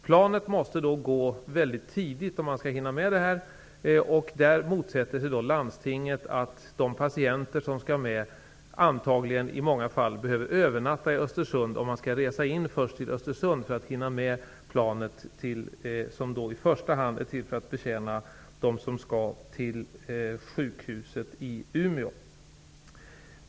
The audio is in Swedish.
Planet från Östersund måste gå mycket tidigt för att man skall hinna med det andra planet. Landstinget där motsätter sig att de patienter som skall med planet och som först skall resa in till Östersund i många fall skulle behöva övernatta där för att hinna med. Planet är ju i första hand till för att betjäna dem som skall till sjukhuset i Umeå.